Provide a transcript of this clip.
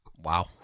Wow